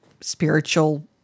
spiritual